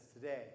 today